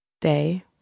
day